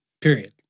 Period